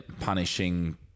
punishing